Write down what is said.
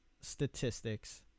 statistics